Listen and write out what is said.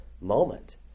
moment